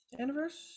anniversary